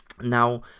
Now